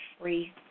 free